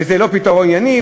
וזה לא פתרון ענייני",